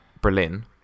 Berlin